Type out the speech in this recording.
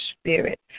Spirit